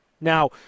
Now